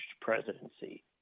presidency